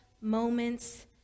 moments